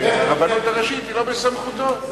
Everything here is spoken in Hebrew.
שהרבנות הראשית היא לא בסמכותו.